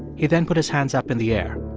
he then put his hands up in the air.